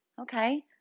Okay